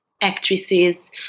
actresses